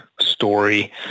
story